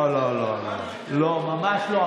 לא, לא, ממש לא.